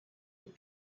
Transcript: les